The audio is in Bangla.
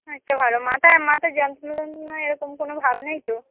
অনেকটা ভালো মাথায় মাথায় যন্ত্রণা এরকম কোনো ভাব নেই তো